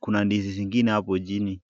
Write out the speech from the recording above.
kuna ndizi zingine hapo chini.